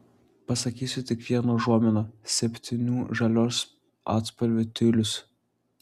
pasakysiu tik vieną užuominą septynių žalios atspalvių tiulis